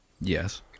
Yes